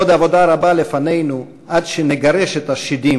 עוד עבודה רבה לפנינו עד אשר שנגרש את השדים